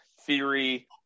theory